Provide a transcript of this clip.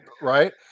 right